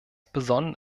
besonnen